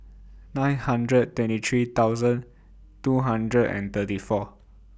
nine hundred twenty three thousand two hundred and thirty four